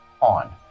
on